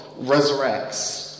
resurrects